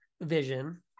vision